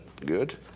good